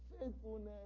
faithfulness